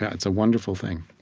yeah it's a wonderful thing